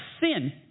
sin